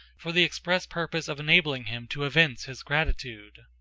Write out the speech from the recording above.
for the express purpose of enabling him to evince his gratitude.